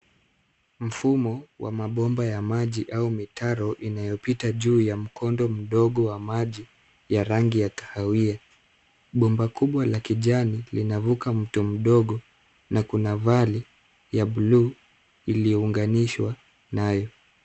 Mfumo wa mabomba ya maji au mitaro inayopita juu ya mkondo mdogo wa maji ya rangi ya kahawia. Bomba kubwa la kijani linavuka mto mdogo na kuna vali ya bluu iliyounganishwa nayo.